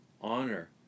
honor